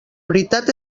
veritat